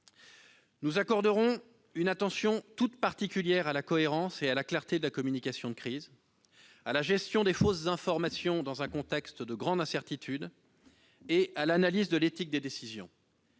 Nous accorderons une attention toute particulière à la cohérence et à la clarté de la communication de crise, à la gestion des fausses informations dans un contexte de grandes incertitudes et à l'analyse de l'éthique des décisions.